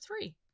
three